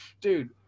dude